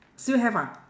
still have ah